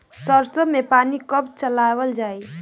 सरसो में पानी कब चलावल जाई?